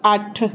ਅੱਠ